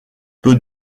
peu